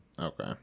okay